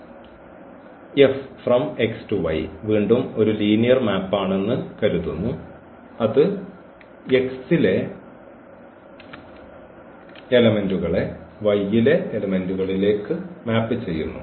F X → Y വീണ്ടും ഒരു linear മാപ്പാണെന്ന് കരുതുന്നു അത് X യിലെ എലെമെന്റുകളെ Y യിലെ എലെമെന്റുകളിലേക്ക് മാപ്പ് ചെയ്യുന്നു